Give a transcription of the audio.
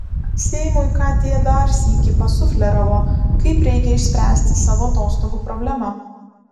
seimui kt dar sykį pasufleravo kaip reikia išspręsti savo atostogų problemą